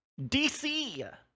DC